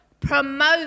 promote